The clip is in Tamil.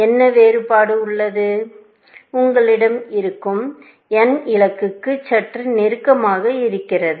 என்ன வேறுபாடு உள்ளது உங்களிடம் இருக்கும் n இலக்குக்கு சற்று நெருக்கமாக இருக்கிறது